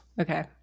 Okay